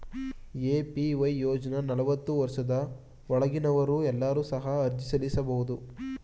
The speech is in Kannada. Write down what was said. ಎ.ಪಿ.ವೈ ಯೋಜ್ನ ನಲವತ್ತು ವರ್ಷದ ಒಳಗಿನವರು ಎಲ್ಲರೂ ಸಹ ಅರ್ಜಿ ಸಲ್ಲಿಸಬಹುದು